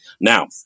Now